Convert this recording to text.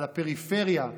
לפריפריה,